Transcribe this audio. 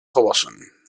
gewassen